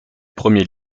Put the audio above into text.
premiers